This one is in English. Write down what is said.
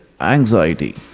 anxiety